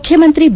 ಮುಖ್ಯಮಂತ್ರಿ ಬಿ